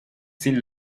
sin